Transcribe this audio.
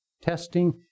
testing